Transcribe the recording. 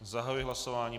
Zahajuji hlasování.